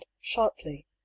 sharply